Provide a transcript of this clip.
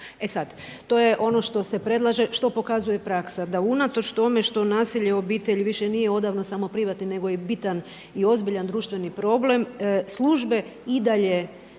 E sad, to je ono što se predlaže, što pokazuje praksa da unatoč tome što nasilje u obitelji više nije odavno samo privatni, nego bitan i ozbiljan društveni problem službe dakle